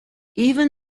even